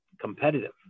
competitive